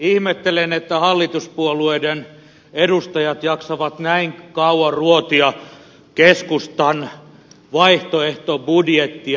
ihmettelen että hallituspuolueiden edustajat jaksavat näin kauan ruotia keskustan vaihtoehtobudjettia